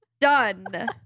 done